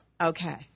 Okay